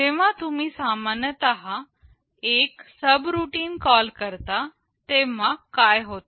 जेव्हा तुम्ही सामान्यतः एक सबरूटीन कॉल करता तेव्हा काय होते